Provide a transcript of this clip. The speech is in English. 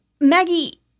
Maggie